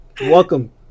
welcome